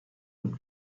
und